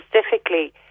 specifically